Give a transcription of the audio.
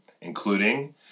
including